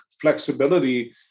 flexibility